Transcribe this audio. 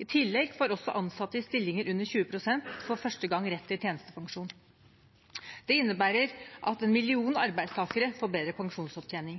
I tillegg får også ansatte i stillinger under 20 pst. for første gang rett til tjenestepensjon. Det innebærer at én million arbeidstakere får bedre pensjonsopptjening.